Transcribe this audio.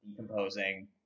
decomposing